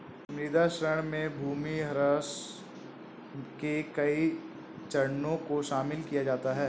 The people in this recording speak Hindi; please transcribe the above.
मृदा क्षरण में भूमिह्रास के कई चरणों को शामिल किया जाता है